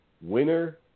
winner